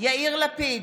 יאיר לפיד,